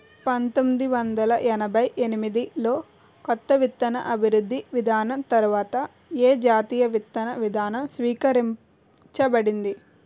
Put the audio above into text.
పంతోమ్మిది వందల ఎనభై ఎనిమిది లో కొత్త విత్తన అభివృద్ధి విధానం తర్వాత ఏ జాతీయ విత్తన విధానం స్వీకరించబడింది?